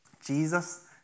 Jesus